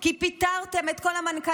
כי פיטרתם את כל המנכ"ליות,